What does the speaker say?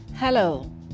Hello